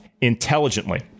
intelligently